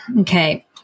Okay